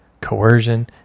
coercion